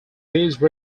these